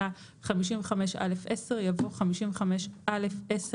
באמצעות מערכת מקוונת או באמצעי מקוון אחר שיאשר המנהל,